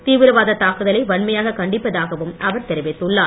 தீவிரவாதத் தாக்குதலை வன்மையாக்க் கண்டிப்பதாகவும் அவர் தெரிவித்துள்ளார்